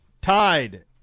tied